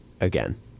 again